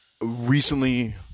Recently